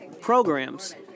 Programs